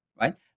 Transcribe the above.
right